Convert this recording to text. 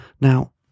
Now